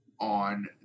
on